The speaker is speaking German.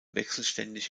wechselständig